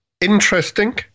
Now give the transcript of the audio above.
interesting